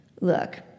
Look